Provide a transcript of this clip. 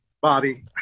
Bobby